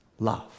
Love